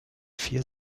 vier